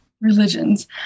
religions